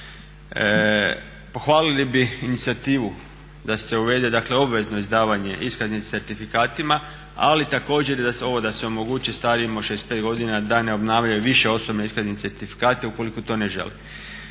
Pohvalili bi inicijativu da se uvede obvezno izdavanje iskaznice s certifikatima, ali također i da se omogući i starijima od 65 godina da ne obnavljaju osobne iskaznice i certifikate ukoliko to ne žele.